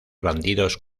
bandidos